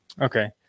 Okay